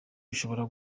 bishobora